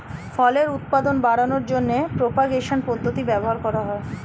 ফলের উৎপাদন বাড়ানোর জন্য প্রোপাগেশন পদ্ধতি ব্যবহার করা হয়